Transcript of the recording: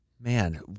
Man